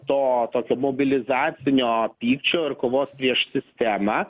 to tokio mobilizacinio pykčio ar kovos prieš sistemą